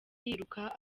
yiruka